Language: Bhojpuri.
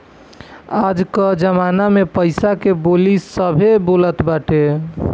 आज कअ जमाना में पईसा के बोली सभे बोलत बाटे